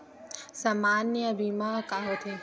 सामान्य बीमा का होथे?